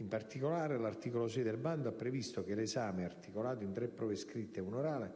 In particolare, l'articolo 6 del bando ha previsto che l'esame, articolato in tre prove scritte e una orale,